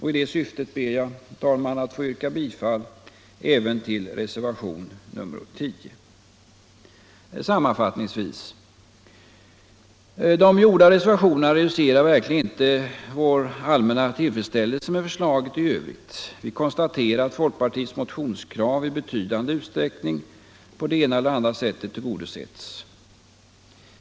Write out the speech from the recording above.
I det syftet ber jag, herr talman, att få yrka bifall till reservationen 10. Sammanfattningsvis: De gjorda reservationerna reducerar verkligen inte vår allmänna tillfredsställelse med förslaget i övrigt. Vi konstaterar att folkpartiets motionskrav i betydande utsträckning på det ena eller andra sättet tillgodosetts.